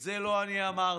את זה לא אני אמרתי,